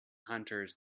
hunters